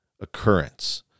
occurrence